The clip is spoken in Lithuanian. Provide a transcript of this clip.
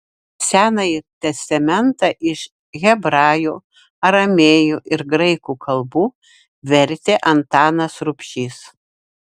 senąjį testamentą iš hebrajų aramėjų ir graikų kalbų vertė antanas rubšys